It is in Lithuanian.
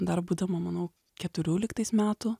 dar būdama manau keturių lyg tais metų